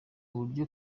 uburyo